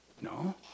No